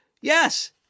yes